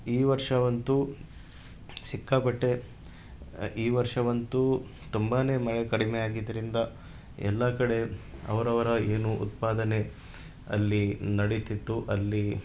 ಈ ವರ್ಷವಂತು ಸಿಕ್ಕಾಪಟ್ಟೆ ಈ ವರ್ಷವಂತು ತುಂಬಾ ಮಳೆ ಕಡಿಮೆ ಆಗಿದ್ದರಿಂದ ಎಲ್ಲಾ ಕಡೆ ಅವರವರ ಏನು ಉತ್ಪಾದನೆ ಅಲ್ಲಿ ನಡಿತಿತ್ತು ಅಲ್ಲಿ